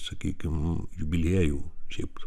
sakykim jubiliejų šiaip